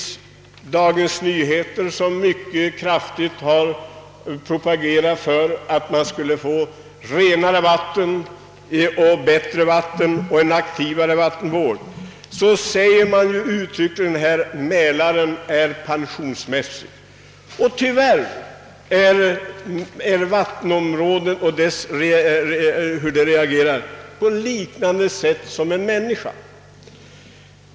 I Dagens Nyheter, som mycket kraftigt har propagerat för renare och bättre vatten och en aktivare vattenvård, sägs uttryckligen att Mälaren är pensionsmässig. Tyvärr reagerar ett vattenområde på ungefär samma sätt som en människa.